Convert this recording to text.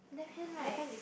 left hand right